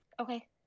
Okay